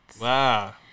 Wow